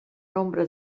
nombre